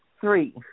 Three